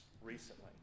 recently